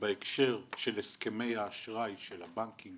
בהקשר של הסכמי האשראי של הבנקים